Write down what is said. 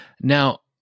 Now